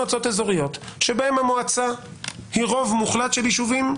שבהן המועצה היא רוב מוחלט של יישובים.